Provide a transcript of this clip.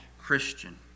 Christian